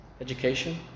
education